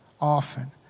often